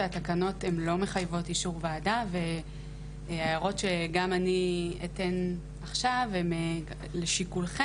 שהתקנות לא מחייבות אישור ועדה וההערות שגם אני אתן עכשיו הן לשיקולכם.